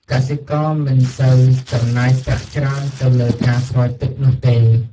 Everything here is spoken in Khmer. កសិករមិនសូវចំណាយប្រាក់ច្រើនទៅលើការស្រោចទឹកនោះទេ។